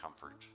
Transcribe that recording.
comfort